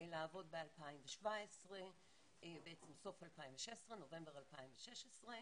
לעבוד ב-2017, בעצם סוף 2016, נובמבר 2016,